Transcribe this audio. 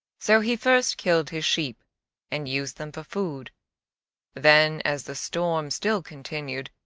so he first killed his sheep and used them for food then, as the storm still continued,